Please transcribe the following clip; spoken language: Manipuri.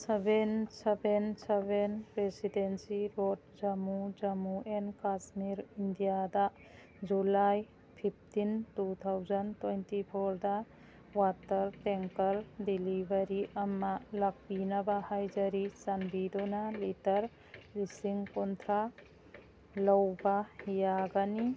seven seven seven residency road Jammu Jammu and Kashmir ꯏꯟꯗꯤꯌꯥꯗ July fifteen two thousand twenty for the water tanker delivery ꯑꯃ ꯂꯥꯛꯄꯤꯅꯕ ꯍꯥꯏꯖꯔꯤ ꯆꯥꯟꯕꯤꯗꯨꯅ ꯂꯤꯇꯔ ꯂꯤꯁꯤꯡ ꯀꯨꯟꯊ꯭ꯔꯥ ꯂꯧꯕ ꯌꯥꯒꯅꯤ